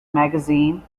magazine